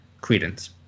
credence